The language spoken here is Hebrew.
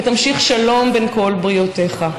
ותמשיך שלום בין כל בריותיך,